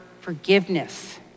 forgiveness